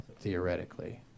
Theoretically